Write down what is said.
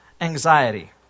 anxiety